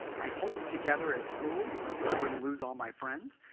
i'd hold it together at school, you know so i wouldn't lose all my friends.